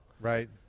Right